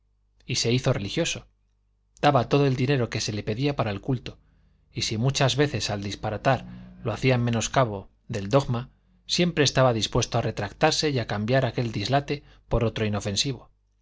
y se hizo religioso daba todo el dinero que se le pedía para el culto y si muchas veces al disparatar lo hacía en menoscabo del dogma siempre estaba dispuesto a retractarse y a cambiar aquel dislate por otro inofensivo